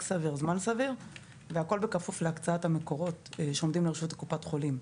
סביר וזמן סביר והכול בכפוף להקצאת המקורות שעומדים לרשות קופת החולים.